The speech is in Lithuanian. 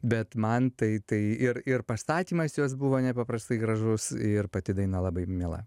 bet man tai tai ir ir pastatymas jos buvo nepaprastai gražus ir pati daina labai miela